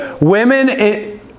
women